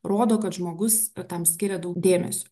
rodo kad žmogus tam skiria daug dėmesio